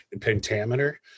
pentameter